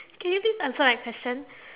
can you please answer my question